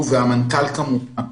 הוא והמנכ"ל כמובן,